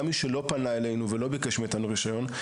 גם מי שלא פנה אלינו ולא ביקש מאתנו רישיון,